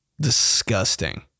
Disgusting